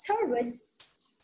service